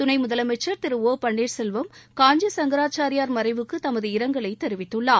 துணை முதலமைச்சர் திரு ஒ பள்ளீர்செல்வம் காஞ்சி சங்கரச்சாரியார் மறைவுக்கு தமது இரங்கலை தெரிவித்துள்ளார்